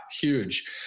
huge